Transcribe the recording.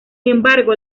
embargo